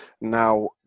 Now